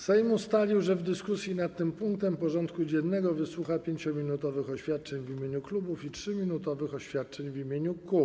Sejm ustalił, że w dyskusji nad tym punktem porządku dziennego wysłucha 5-minutowych oświadczeń w imieniu klubów i 3-minutowych oświadczeń w imieniu kół.